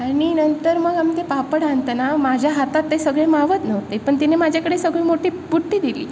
आणि नंतर मग आम्ही ते पापड आणताना माझ्या हातात ते सगळे मावत नव्हते पण तिने माझ्याकडे सगळी मोठी बुट्टी दिली